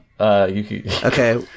Okay